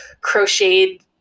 crocheted